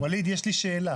ווליד, יש לי שאלה.